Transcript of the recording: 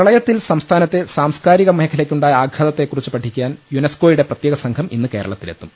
പ്രളയത്തിൽ സംസ്ഥാനത്തെ സാംസ്കാരിക മേഖലയ്ക്കുണ്ടായ ആഘാതത്തെക്കുറിച്ച് പഠിക്കാൻ യുനെസ്കോയുടെ പ്രത്യേക സംഘം ഇന്ന് കേരളത്തിലെത്തും